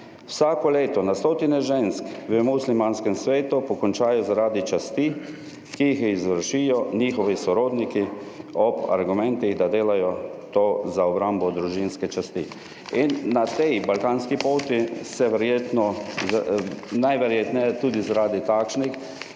Vsako leto na stotine žensk v muslimanskem svetu pokončajo, zaradi časti, ki jih izvršijo njihovi sorodniki ob argumentih, da delajo to za obrambo družinske časti. In na tej balkanski poti se verjetno, najverjetneje tudi, zaradi takšnih